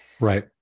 Right